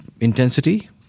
intensity